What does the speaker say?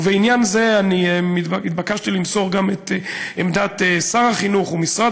ובעניין זה התבקשתי למסור גם את עמדת שר החינוך ומשרד